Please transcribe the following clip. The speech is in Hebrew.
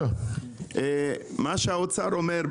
מה שהאוצר אומר,